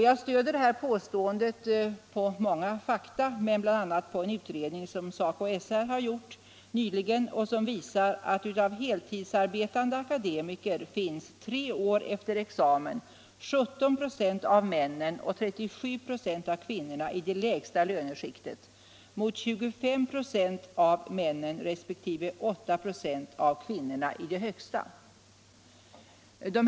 Jag stöder detta påstående på många fakta, bl.a. på en utredning som SACO/SR nyligen har gjort och som visar att av heltidsarbetande akademiker finns tre år efter examen 1756 av männen och 37'7 av kvinnorna i de lägsta löneskikten, medan 25 £ av männen resp. 8'- av kvinnorna finns i de högsta löneskikten.